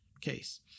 case